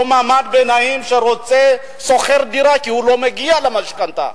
אותו מעמד ביניים שוכר דירה כי הוא לא מגיע למשכנתה.